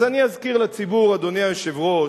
אז אני אזכיר לציבור, אדוני היושב-ראש,